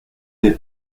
des